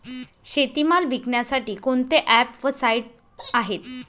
शेतीमाल विकण्यासाठी कोणते ॲप व साईट आहेत?